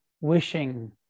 wishing